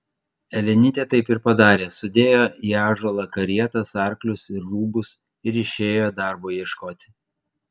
elenytė taip ir padarė sudėjo į ąžuolą karietas arklius ir rūbus ir išėjo darbo ieškoti